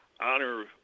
honor